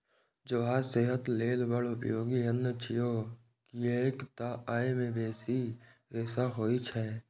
ज्वार सेहत लेल बड़ उपयोगी अन्न छियै, कियैक तं अय मे बेसी रेशा होइ छै